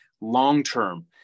long-term